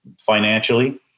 financially